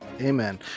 Amen